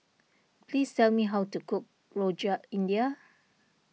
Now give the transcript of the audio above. please tell me how to cook Rojak India